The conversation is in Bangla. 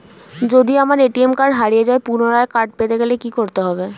যদি আমার এ.টি.এম কার্ড হারিয়ে যায় পুনরায় কার্ড পেতে গেলে কি করতে হবে?